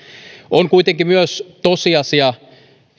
on kuitenkin myös tosiasia